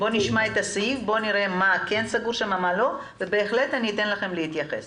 בואו נקרא את הסעיף ונראה מה סגור שם ומה לא ובהחלט אתן לכם להתייחס.